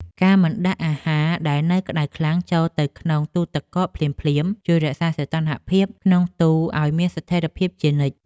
ការមិនដាក់អាហារដែលនៅក្តៅខ្លាំងចូលទៅក្នុងទូរទឹកកកភ្លាមៗជួយរក្សាសីតុណ្ហភាពក្នុងទូរឱ្យមានស្ថិរភាពជានិច្ច។